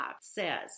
says